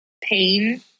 pain